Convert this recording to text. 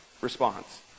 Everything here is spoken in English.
response